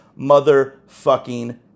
motherfucking